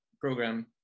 program